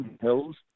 Hills